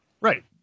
Right